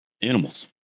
Animals